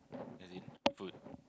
as in food